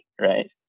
Right